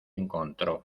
encontró